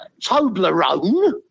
Toblerone